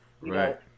Right